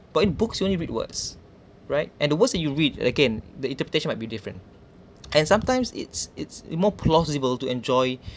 but in books you only read words right and it wasn't you read again the adaptation might be different and sometimes it's it's more plausible to enjoy